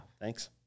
Thanks